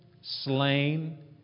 slain